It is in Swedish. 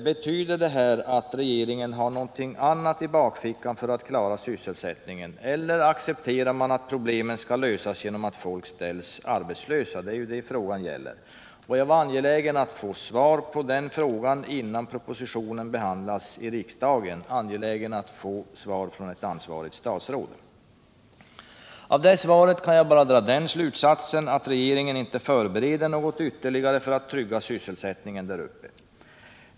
Betyder detta att regeringen har något annat i bakfickan för att klara sysselsättningen, eller accepterar man att problemen skall lösas genom att folk görs arbetslösa? Det är ju det frågan gäller. Jag var angelägen att få svar från ett ansvarigt statsråd på den frågan, innan propositionen behandlas i riksdagen. Av det här svaret kan jag bara dra slutsatsen att regeringen inte förbereder några ytterligare åtgärder för att trygga sysselsättningen där uppe.